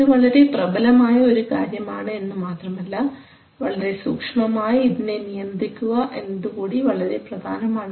ഇത് വളരെ പ്രബലമായ ഒരു കാര്യമാണ് എന്ന് മാത്രമല്ല വളരെ സൂക്ഷ്മമായി ഇതിനെ നിയന്ത്രിക്കുക എന്നതു കൂടി വളരെ പ്രധാനമാണ്